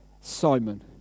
Simon